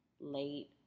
Late